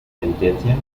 sentencia